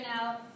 now